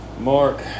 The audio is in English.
Mark